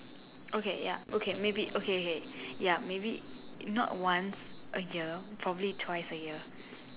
okay ya okay maybe okay okay ya maybe not once a year maybe twice a year